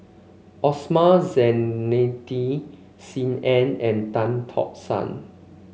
Osman Zailani Sim Ann and Tan Tock San